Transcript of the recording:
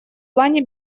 плане